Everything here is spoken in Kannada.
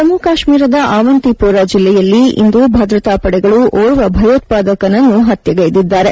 ಜಮ್ಮು ಕಾಶ್ಮೀರದ ಆವಂತಿಮೋರ ಜಿಲ್ಲೆಯಲ್ಲಿ ಇಂದು ಭದ್ರತಾ ಪಡೆಗಳು ಓರ್ವ ಭಯೋತ್ಪಾದಕನ ಪತ್ಯೆಗೈದಿದ್ದಾರೆ